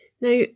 Now